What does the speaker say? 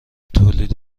تولید